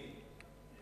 למי?